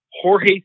Jorge